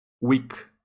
week